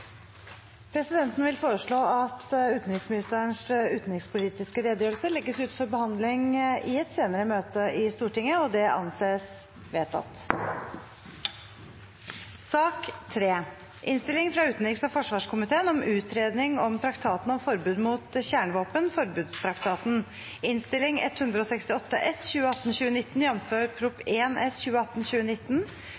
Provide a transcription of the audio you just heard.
Presidenten vil foreslå at utenriksministerens utenrikspolitiske redegjørelse legges ut for behandling i et senere møte i Stortinget. – Det anses vedtatt. Etter ønske fra utenriks- og forsvarskomiteen